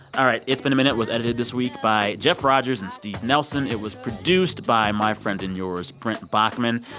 all right. it's been a minute was edited this week by jeff rogers and steve nelson. it was produced by my friend and yours, brent baughman.